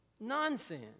Nonsense